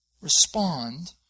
respond